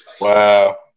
Wow